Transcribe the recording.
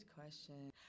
question